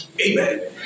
Amen